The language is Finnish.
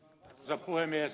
arvoisa puhemies